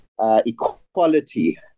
equality